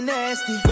Nasty